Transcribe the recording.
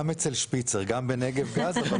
גם אצל שפיצר, גם בנגב גז.